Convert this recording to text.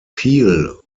peel